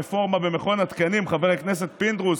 הרפורמה במכון התקנים, חבר הכנסת פינדרוס,